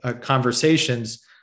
conversations